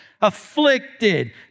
afflicted